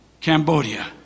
Cambodia